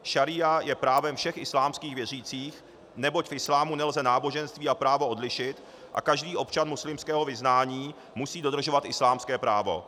Šaría je právem všech islámských věřících, neboť v islámu nelze náboženství a právo odlišit a každý občan muslimského vyznání musí dodržovat islámské právo.